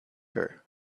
her